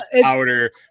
powder